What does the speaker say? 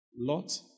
Lot